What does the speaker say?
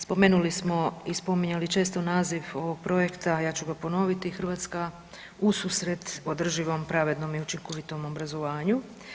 Spomenuli smo i spominjali često naziv ovog projekta, a ja ću ga ponoviti „Hrvatska ususret održivom, pravednom i učinkovitom obrazovanju“